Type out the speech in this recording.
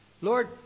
Lord